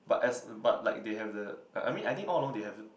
but as but like they have the I mean all along they have